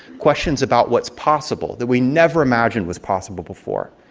questions about what's possible that we never imagined was possible before.